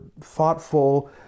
thoughtful